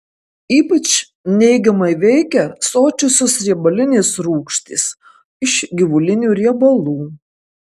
ypač neigiamai veikia sočiosios riebalinės rūgštys iš gyvulinių riebalų